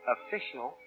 Official